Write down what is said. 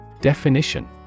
Definition